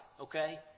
okay